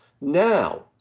Now